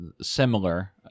similar